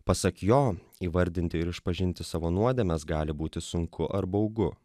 pasak jo įvardinti ir išpažinti savo nuodėmes gali būti sunku ar baugu